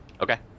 Okay